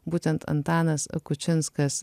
būtent antanas kučinskas